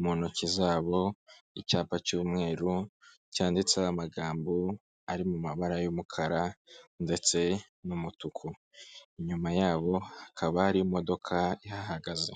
mu ntoki zabo, icyapa cy'umweru, cyanditseho amagambo ari mu mabara y'umukara ndetse n'umutuku. Inyuma yabo hakaba hari imodoka ihahagaze.